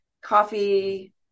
coffee